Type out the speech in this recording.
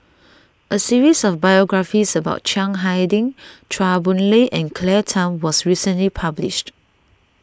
a series of biographies about Chiang Hai Ding Chua Boon Lay and Claire Tham was recently published